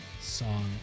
song